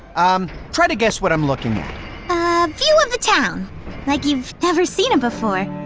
umm. try to guess what i'm looking at. a view of the town like you've never seen it before.